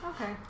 Okay